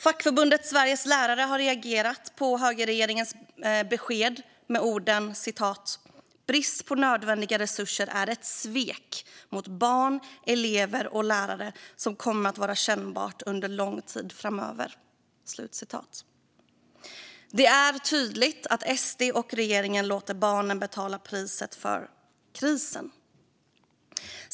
Fackförbundet Sveriges Lärare har reagerat på högerregeringens besked med orden: "Bristen på nödvändiga resurser är ett svek mot barn, elever och lärare som kommer att vara kännbart under lång tid framöver." Det är tydligt att SD och regeringen låter barnen betala priset för krisen.